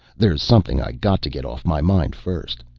there's something i got to get off my mind first.